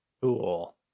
cool